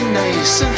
nice